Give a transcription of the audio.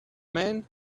man